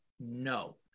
no